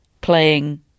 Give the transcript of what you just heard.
playing